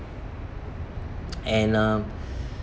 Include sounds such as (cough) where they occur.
(noise) and uh (breath)